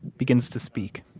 begins to speak.